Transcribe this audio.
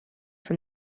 from